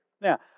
Now